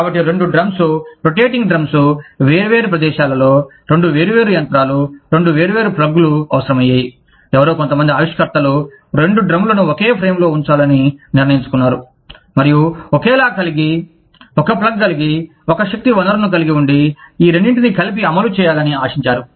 కాబట్టి రెండు drums rotating drums వేర్వేరు ప్రదేశాలలో రెండు వేర్వేరు యంత్రాలు రెండు వేర్వేరు ప్లగ్లు అవసరమయ్యేవి ఎవరో కొంతమంది ఆవిష్కర్తలు రెండు డ్రమ్లను ఒకే ఫ్రేమ్లో ఉంచాలని నిర్ణయించుకున్నారు మరియు ఒకేలా కలిగి ఒక ప్లగ్ కలిగి ఒక శక్తి వనరును కలిగి ఉండి ఈ రెండింటినీ కలిపి అమలు చేయాలని ఆశించారు